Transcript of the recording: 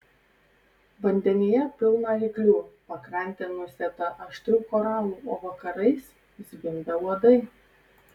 vandenyje pilna ryklių pakrantė nusėta aštrių koralų o vakarais zvimbia uodai